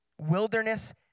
wilderness